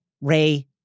Ray